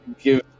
give